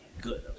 Good